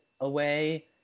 away